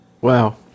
Wow